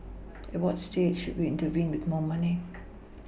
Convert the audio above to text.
at what stage should we intervene with more money